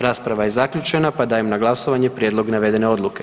Rasprava je zaključena pa dajem na glasovanje prijedlog navedene Odluke.